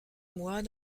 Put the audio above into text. mois